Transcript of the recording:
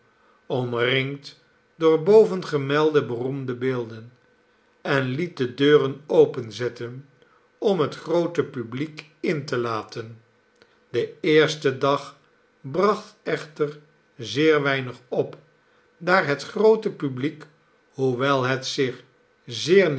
omringd door bovengemelde beroemde beelden en liet de deuren openzetten om het groote publiek in te laten de eerste dag bracht echter zeer weinig op daar het groote publiek hoewel het zich zeer